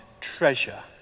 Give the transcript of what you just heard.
treasure